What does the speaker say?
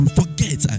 forget